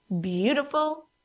beautiful